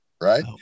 right